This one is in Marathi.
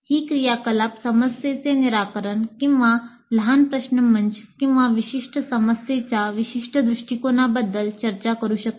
ही क्रियाकलाप समस्येचे निराकरणअसू शकते